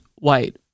white